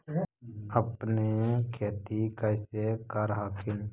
अपने खेती कैसे कर हखिन?